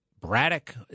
Braddock